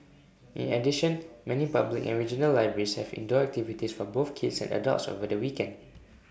in addition many public and regional libraries have indoor activities for both kids and adults over the weekend